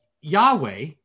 Yahweh